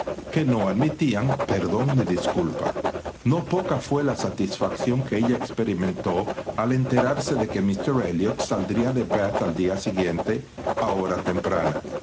que no admitían perdón ni disculpano poca fué la satisfacción que ella experimentó al enterarse de que míster elliot saldría de bath al día siguiente a hora